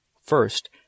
First